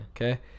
Okay